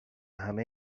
همه